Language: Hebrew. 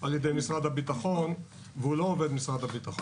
על ידי משרד הביטחון והוא לא עובד משרד הביטחון.